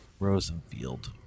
Rosenfield